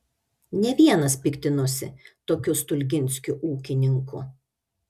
ne vienas piktinosi tokiu stulginskiu ūkininku